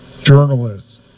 journalists